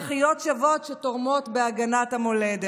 ולא חלילה כאזרחיות שוות שתורמות בהגנת המולדת.